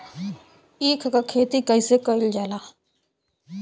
ईख क खेती कइसे कइल जाला?